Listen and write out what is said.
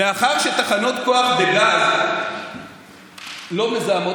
מאחר שתחנות כוח בגז לא מזהמות,